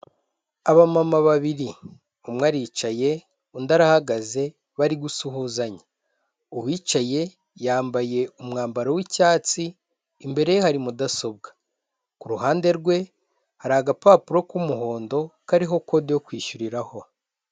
Abamama babiri umwe aricaye undi arahagaze bari gusuhuzanya, uwicaye yambaye umwambaro w'icyatsi imbere ye hari mudasobwa, ku ruhande rwe hari agapapuro k'umuhondo kariho kode yo kwishyuriraho.